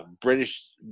British